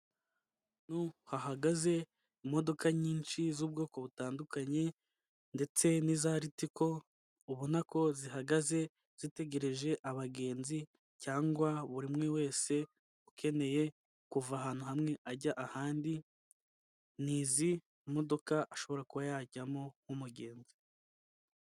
Ahantu hahagaze imodoka nyinshi z'ubwoko butandukanye, ndetse n'iza ritiko ubona ko zihagaze, zitegereje abagenzi cyangwa buri umwe wese ukeneye kuva ahantu hamwe ajya ahandi ni izi modoka ashobora kuba yajyamo nk'umugenzi.